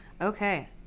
Okay